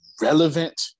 relevant